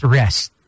rest